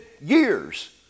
years